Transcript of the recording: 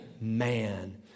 man